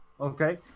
Okay